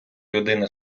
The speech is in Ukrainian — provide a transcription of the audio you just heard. людини